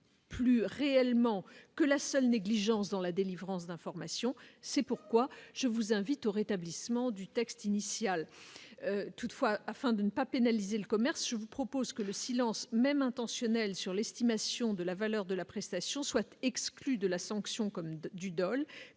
Plus réellement que la seule négligence dans la délivrance d'informations, c'est pourquoi je vous invite au rétablissement du texte initial, toutefois, afin de ne pas pénaliser le commerce, je vous propose que le silence même intentionnelle sur l'estimation de la valeur de la prestation soit exclu de la sanction comme 2 du Dol,